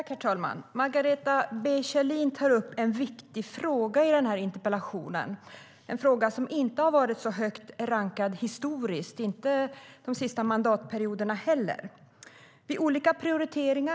Herr talman! Margareta B Kjellin tar i sin interpellation upp en viktig fråga. Det är en fråga som historiskt inte har varit särskilt högt rankad, inte heller under de senaste mandatperioderna.